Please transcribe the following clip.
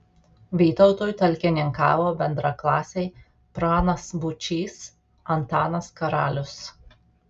vytautui talkininkavo bendraklasiai pranas būčys antanas karalius